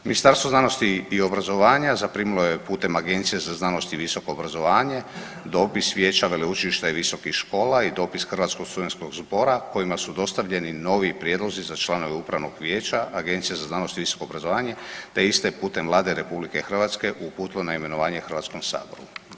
Ministarstvo znanosti i obrazovanja zaprimilo je putem Agencije za znanost i visoko obrazovanje dopis vijeća veleučilišta i visokih škola i dopis Hrvatskog studentskog zbora kojima su dostavljeni novi prijedlozi za članove Upravnog vijeća Agencije za znanost i visoko obrazovanje te iste putem Vlade RH uputilo na imenovanje Hrvatskom saboru.